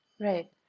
Right